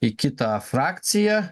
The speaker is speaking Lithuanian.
į kitą frakciją